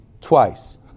twice